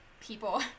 people